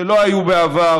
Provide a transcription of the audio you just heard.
שלא היו בעבר,